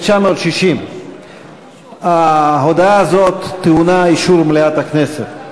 1960. ההודעה הזאת טעונה אישור מליאת הכנסת.